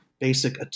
basic